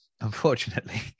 unfortunately